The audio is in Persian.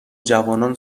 جوانان